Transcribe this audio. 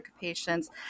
patients